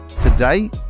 today